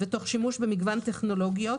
ותוך שימוש במגוון טכנולוגיות,